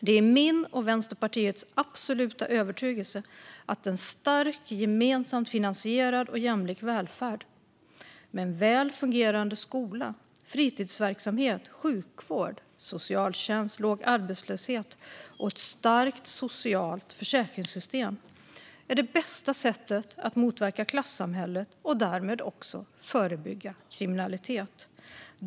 Det är min och Vänsterpartiets absoluta övertygelse att en stark, gemensamt finansierad och jämlik välfärd med väl fungerande skola, fritidsverksamhet, sjukvård och socialtjänst, låg arbetslöshet och ett starkt socialt försäkringssystem är det bästa sättet att motverka klassamhället och därmed också förebygga kriminalitet.